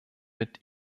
mit